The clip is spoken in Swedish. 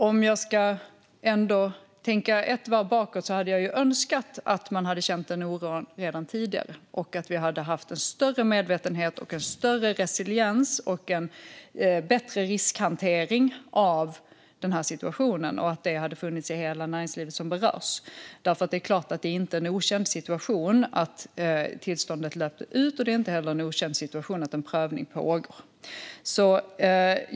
Om jag ändå ska tänka ett varv bakåt hade jag önskat att man hade känt denna oro redan tidigare och att vi hade haft en större medvetenhet, en större resiliens och en bättre riskhantering av situationen. Jag önskar att det hade funnits i hela det näringsliv som berörs. Det är klart att det inte är en okänd situation att tillståndet löpte ut, och det är inte heller en okänd situation att en prövning pågår.